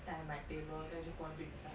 then I have my table then I just put one bed beside